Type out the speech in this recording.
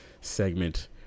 segment